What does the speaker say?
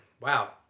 Wow